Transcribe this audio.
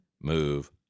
move